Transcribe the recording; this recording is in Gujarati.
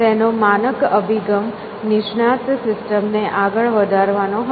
તેનો માનક અભિગમ નિષ્ણાત સિસ્ટમ ને આગળ વધારવાનો હતો